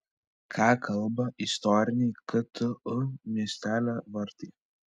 ką kalba istoriniai ktu miestelio vartai